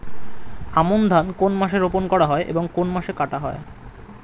আমন ধান কোন মাসে রোপণ করা হয় এবং কোন মাসে কাটা হয়?